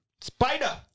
Spider